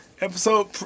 episode